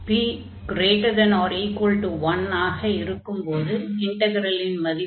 p ≥ 1 ஆக இருக்கும்போது இன்டக்ரலின் மதிப்பு